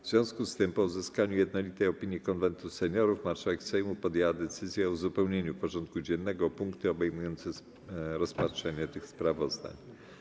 W związku z tym, po uzyskaniu jednolitej opinii Konwentu Seniorów, marszałek Sejmu podjęła decyzję o uzupełnieniu porządku dziennego o punkty obejmujące rozpatrzenie tych sprawozdań.